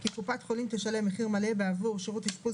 כי קופת חולים תשלם מחיר מלא בעבור שירות אשפוז